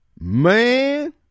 Man